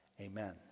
Amen